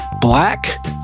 black